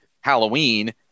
halloween